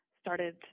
started